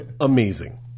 amazing